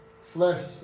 flesh